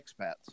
expats